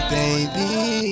baby